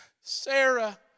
Sarah